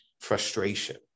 frustration